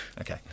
Okay